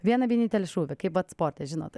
vieną vienintelį šūvį kaip vat sporte žinot